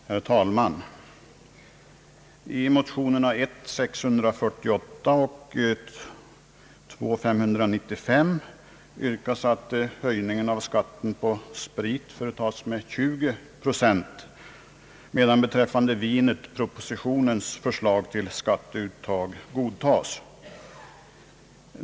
Herr talman! I motionerna I: 648 och II: 595 yrkas att skatten på sprit höjes med 20 procent, medan beträffande vinet propositionens förslag till skatt godtas.